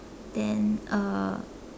then uh